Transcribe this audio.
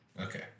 Okay